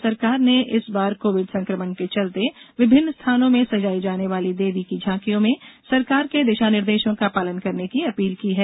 राज्य सरकार ने इस बार कोविड संकमण के चलते विभिन्न स्थानों में सजाई जाने वाली देवी की झांकियों में सरकार के दिशा निर्देशों का पालन करने की अपील की है